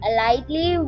lightly